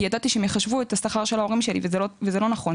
ידעתי שהם יחשבו את השכר של ההורים שלי וזה לא נכון,